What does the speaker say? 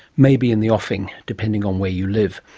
may be in the offing, depending on where you live.